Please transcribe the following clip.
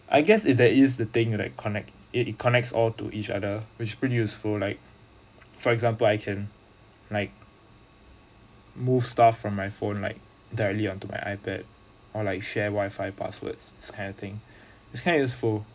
I guess is the ease to think that connect it it connects all to each other which pretty useful like for example I can like move stuff from my phone like directly onto my ipad or like share wifi passwords that kind of thing is kind of useful